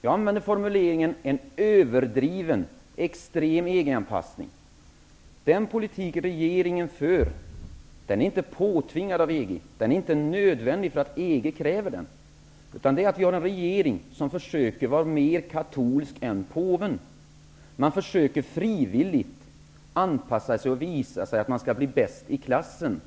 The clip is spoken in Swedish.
Jag använde formuleringen ''en extrem EG anpassning''. Den politik som regeringen för är inte påtvingad av EG. EG kräver den inte. Vi har en regering, som försöker vara mer katolsk än påven. Man försöker frivilligt anpassa sig och visa att man är bäst i klassen.